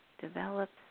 develops